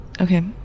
Okay